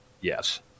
yes